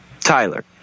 Tyler